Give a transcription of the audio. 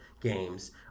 games